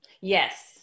Yes